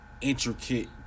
intricate